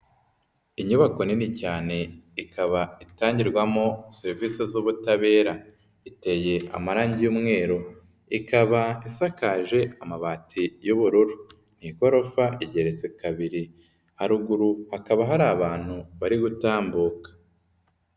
Inyubako nini cyane ikaba itangirwamo serivisi z'ubutabera, iteye amarangi y'umweru, ikaba isakaje amabati y'ubururu, ni igorofa igereretse kabiri, haruguru hakaba hari abantu bari gutambuka.